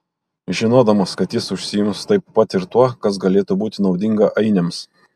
žinodamas kad jis užsiims taip pat ir tuo kas galėtų būti naudinga ainiams